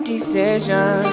Decision